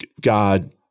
God